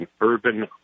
urban